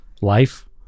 life